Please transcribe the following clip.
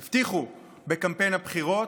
הבטיחו, בקמפיין הבחירות?